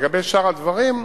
לגבי שאר הדברים,